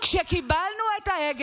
אז מה את רוצה?